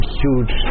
huge